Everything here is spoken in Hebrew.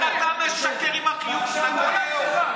איך אתה משקר עם החיוך שלך כל היום.